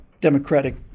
Democratic